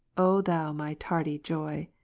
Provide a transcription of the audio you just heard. o thou my tardy joy!